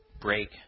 break